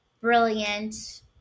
brilliant